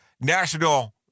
national